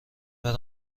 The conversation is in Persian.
برم